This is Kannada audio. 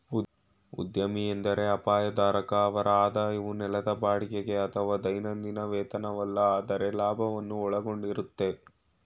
ಉದ್ಯಮಿ ಎಂದ್ರೆ ಅಪಾಯ ಧಾರಕ ಅವ್ರ ಆದಾಯವು ನೆಲದ ಬಾಡಿಗೆಗೆ ಅಥವಾ ದೈನಂದಿನ ವೇತನವಲ್ಲ ಆದ್ರೆ ಲಾಭವನ್ನು ಒಳಗೊಂಡಿರುತ್ತೆ